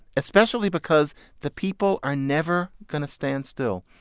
especially because the people are never going to stand still.